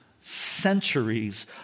centuries